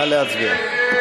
נא להצביע.